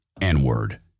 N-word